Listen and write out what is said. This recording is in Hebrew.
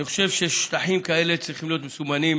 אני חושב ששטחים כאלה צריכים להיות מסומנים,